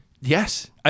Yes